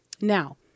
Now